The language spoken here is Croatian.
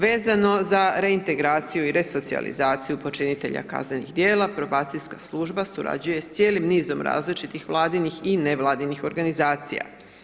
Vezano za reintegraciju i resocijalizaciju počinitelja kaznenih djela, probacijska služba surađuje s cijelim nizom različitih vladinih i ne vladinih organizacija.